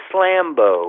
Slambo